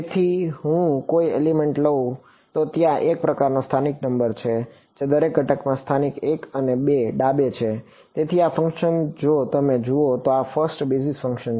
તેથી જો હું કોઈ એલિમેન્ટ લઉં તો ત્યાં એક પ્રકારનો સ્થાનિક નંબર છે જે દરેક ઘટકમાં સ્થાનિક 1 અને 2 ડાબે છે તેથી આ ફંક્શન જો તમે જુઓ તો આ ફર્સ્ટ બેઝિસ ફંક્શન છે